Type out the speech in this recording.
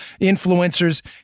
influencers